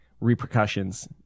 repercussions